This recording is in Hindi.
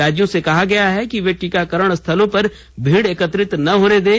राज्यों से कहा गया है कि वे टीकाकरण स्थलों पर भीड एकत्रित न होने दें